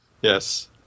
Yes